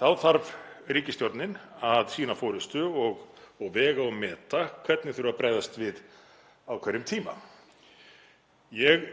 Þá þarf ríkisstjórnin að sýna forystu og vega og meta hvernig þurfi að bregðast við á hverjum tíma. Ég